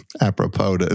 apropos